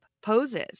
poses